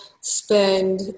spend